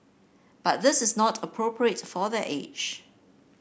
but this is not appropriate for their age